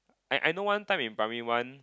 I I know one time in primary one